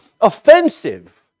offensive